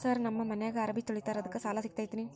Sir ನಮ್ಮ ಮನ್ಯಾಗ ಅರಬಿ ತೊಳಿತಾರ ಅದಕ್ಕೆ ಸಾಲ ಸಿಗತೈತ ರಿ?